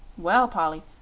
well, polly,